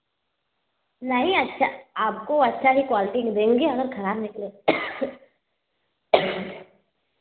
नहीं अच्छा आपको अच्छा ही क्वालिटी देंगे अगर खराब निकले तो